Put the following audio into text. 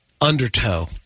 undertow